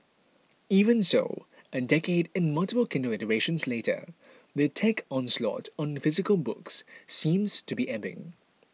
even so a decade and multiple Kindle iterations later the tech onslaught on physical books seems to be ebbing